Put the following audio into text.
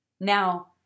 Now